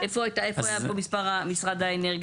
איפה היה פה משרד האנרגיה?